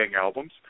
albums